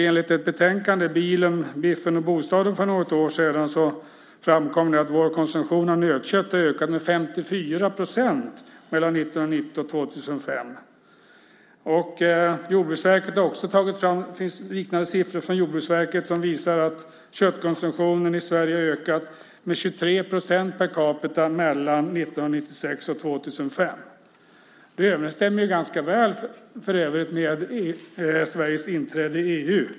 Enligt betänkandet Bilen, biffen, bostaden , som kom för något år sedan, har vår konsumtion av nötkött ökat med 54 procent mellan 1990 och 2005. Det finns liknande siffror från Jordbruksverket som visar att köttkonsumtionen i Sverige har ökat med 23 procent per capita mellan 1996 och 2005. Det överensstämmer för övrigt ganska väl med Sveriges inträde i EU.